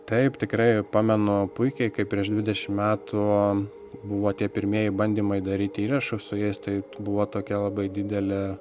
taip tikrai pamenu puikiai kai prieš dvidešim metų buvo tie pirmieji bandymai daryt įrašus su jais tai buvo tokia labai didelė